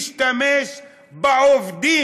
הוא השתמש בעובדים.